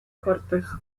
cortos